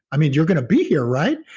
i mean you're going to be here, right?